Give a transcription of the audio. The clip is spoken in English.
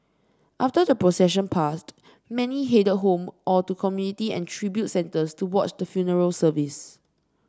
after the procession passed many headed home or to community and tribute centres to watch the funeral service